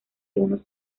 unos